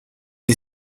est